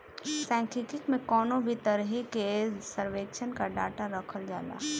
सांख्यिकी में कवनो भी तरही के सर्वेक्षण कअ डाटा रखल जाला